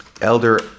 Elder